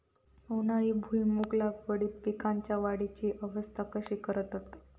उन्हाळी भुईमूग लागवडीत पीकांच्या वाढीची अवस्था कशी करतत?